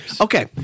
Okay